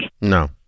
No